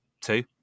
Two